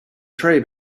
tray